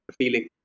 feeling